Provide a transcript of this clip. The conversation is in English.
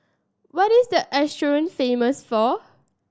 what is the Asuncion famous for